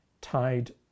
tied